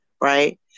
Right